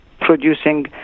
producing